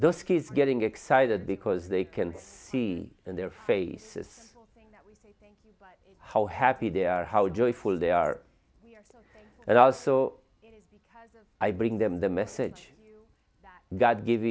those kids getting excited because they can see in their faces how happy they are how joyful they are and also i bring them the message god give